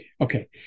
Okay